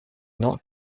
not